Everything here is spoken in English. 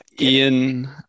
Ian